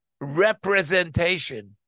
representation